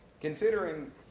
Considering